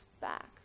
back